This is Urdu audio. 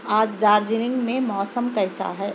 آج ڈارجلنگ میں موسم کیسا ہے